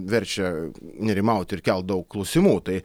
verčia nerimauti ir kelt daug klausimų tai